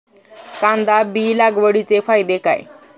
कांदा बी लागवडीचे फायदे काय?